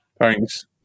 Thanks